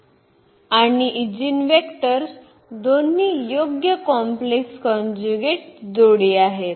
तर हे येथे मनोरंजक आहे आणि इगेनव्हॅल्यूज आणि ईजीनवेक्टर्स दोन्ही योग्य कॉम्प्लेक्स कॉन्जुगेट जोडी आहेत